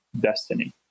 destiny